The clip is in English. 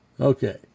Okay